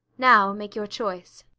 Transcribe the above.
now make your choice.